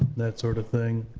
that sort of thing.